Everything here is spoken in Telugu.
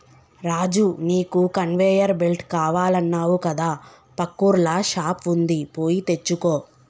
రాజు నీకు కన్వేయర్ బెల్ట్ కావాలన్నావు కదా పక్కూర్ల షాప్ వుంది పోయి తెచ్చుకో